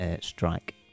strike